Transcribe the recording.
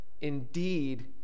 indeed